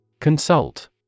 Consult